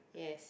yes